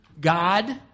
God